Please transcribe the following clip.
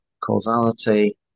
causality